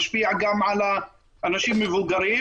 להשפיע גם על אנשים מבוגרים,